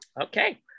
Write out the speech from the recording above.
okay